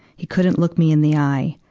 he couldn't look me in the eye.